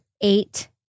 eight